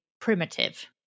primitive